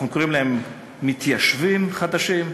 ואנחנו קוראים להם מתיישבים חדשים.